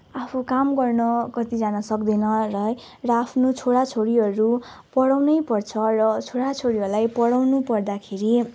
आफू काम गर्न कतिजना सक्दैन र है र आफ्नो छोरा छोरीहरू पढाउनै पर्छ र छोरा छोरीहरूलाई पढाउनु पर्दाखेरि